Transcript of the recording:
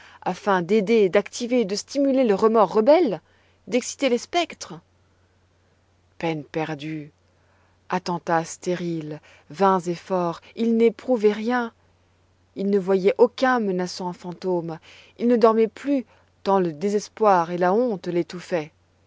afin d'aider d'activer de stimuler le remords rebelle d'exciter les spectres peines perdues attentats stériles vains efforts il n'éprouvait rien il ne voyait aucun menaçant fantôme il ne dormait plus tant le désespoir et la honte